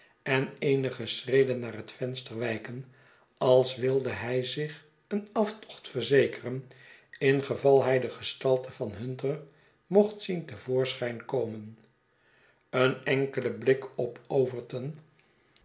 en eenige schreden naar het venster wijken als wilde hij zich een aftocht verzekeren ingeval hij de gestalte van hunter mocht zien te voorschijn komen een enkele blik op